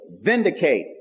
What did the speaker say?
vindicate